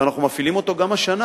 ואנחנו מפעילים אותו גם השנה.